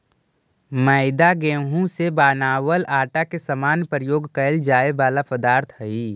मैदा गेहूं से बनावल आटा के समान प्रयोग कैल जाए वाला पदार्थ हइ